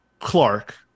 Clark